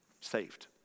saved